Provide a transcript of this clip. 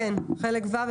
חלק ו',